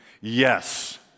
Yes